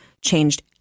changed